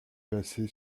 passée